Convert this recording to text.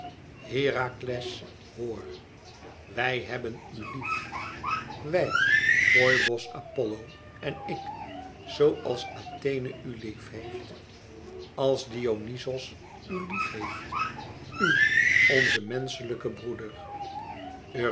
herakles hoor wij hebben u lief wij foibos apollo en ik zoo als athena u lief heeft als dionyzos u lief heeft u onzen menschelijken broeder